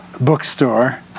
bookstore